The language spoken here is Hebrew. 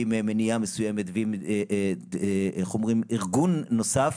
עם מניעה מסוימת ועם ארגון נוסף,